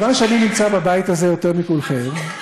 את כבר עם, שלוש קריאות את רוצה?